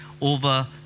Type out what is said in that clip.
over